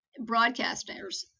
broadcasters